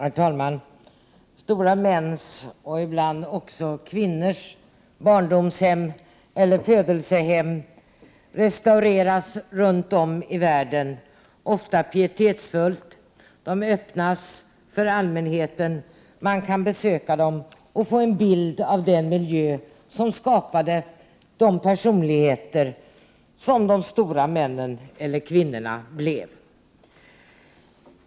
Herr talman! Stora mäns — och ibland också kvinnors — barndomseller födelsehem runt om i världen restaureras ofta pietetsfullt, öppnas för allmänheten, så att man kan besöka dem och få en bild av den miljö som skapade de stora männens eller kvinnornas personligheter.